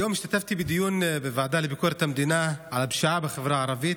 היום השתתפתי בדיון בוועדה לביקורת המדינה על הפשיעה בחברה הערבית,